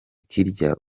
kirya